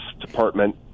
department